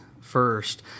first